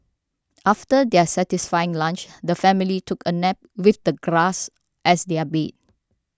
after their satisfying lunch the family took a nap with the grass as their bed